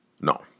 no